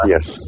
Yes